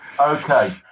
Okay